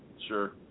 Sure